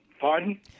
Pardon